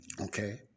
Okay